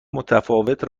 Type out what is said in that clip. متفاوت